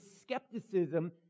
skepticism